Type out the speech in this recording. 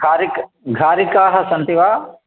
खारीक् घारीकाः सन्ति वा